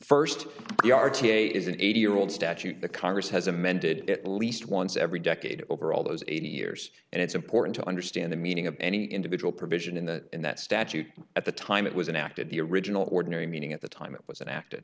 a is an eighty year old statute the congress has amended at least once every decade over all those eighteen years and it's important to understand the meaning of any individual provision in the in that statute at the time it was an act of the original ordinary meaning at the time it was an